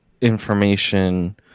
information